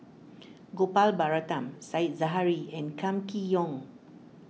Gopal Baratham Said Zahari and Kam Kee Yong